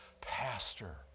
Pastor